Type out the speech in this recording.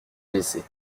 blessés